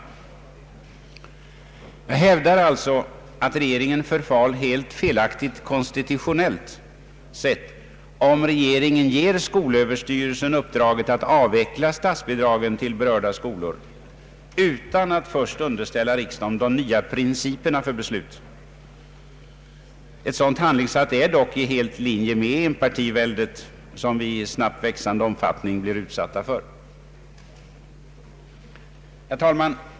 Jag hävdar alltså att regeringen förfar helt felaktigt, konstitutionellt sett, om regeringen ger skolöverstyrelsen uppdraget att avveckla statsbidragen till berörda skolor utan att underställa riksdagen de nya principerna för beslut. Ett sådant handlingssätt är dock helt i linje med enpartiväldet, som vi i snabbt växande omfattning blir utsatta för.